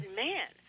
man